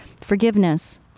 forgiveness